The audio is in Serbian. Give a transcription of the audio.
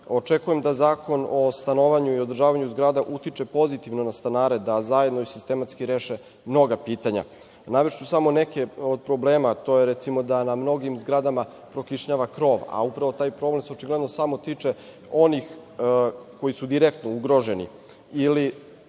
Očekujem da Zakon o stanovanju i održavanju zgrada utiče pozitivno na stanare da zajedno i sistematski reše mnoga pitanja. Navešću samo neke od problema. Recimo, na mnogim zgradama prokišnjava krov, a upravo taj problem se očigledno samo tiče onih koji su direktno ugroženi.